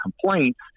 complaints